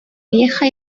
vieja